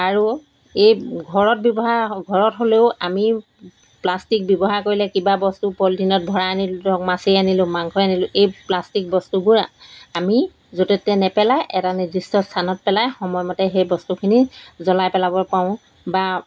আৰু এই ঘৰত ব্যৱহাৰ ঘৰত হ'লেও আমি প্লাষ্টিক ব্যৱহাৰ কৰিলে কিবা বস্তু পলিথিনত ভৰাই আনিলোঁ ধৰক মাছেই আনিলোঁ মাংসই আনিলোঁ এই প্লাষ্টিক বস্তুবোৰ আমি য'তে ত'তে নেপেলাই এটা নিৰ্দিষ্ট স্থানত পেলাই সময়মতে সেই বস্তুখিনি জ্বলাই পেলাব পাৰোঁ বা